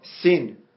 sin